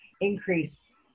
increase